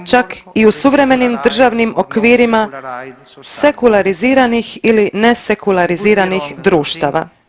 Čak i u suvremenim državnim okvirima sekulariziranih ili nesekulariziranih društava.